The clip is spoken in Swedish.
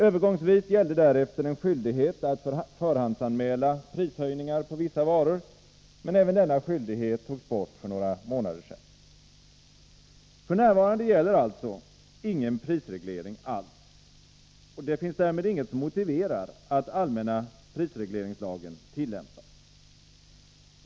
Övergångsvis gällde därefter en skyldighet att förhandsanmäla prishöjningar på vissa varor, men även denna skyldighet togs bort för några månader sedan. F. n. gäller alltså ingen prisreglering alls. Det finns därmed inget som motiverar att allmänna prisregleringslagen tillämpas.